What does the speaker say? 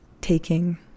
taking